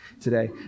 today